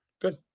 Good